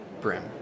Brim